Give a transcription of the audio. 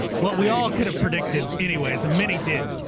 what we all could have predicted anyways, a many did,